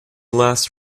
last